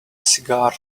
cigar